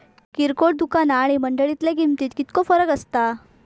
किरकोळ दुकाना आणि मंडळीतल्या किमतीत कितको फरक असता?